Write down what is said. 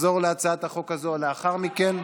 נחזור להצעת החוק הזאת לאחר מכן.